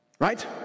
right